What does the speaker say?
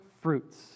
fruits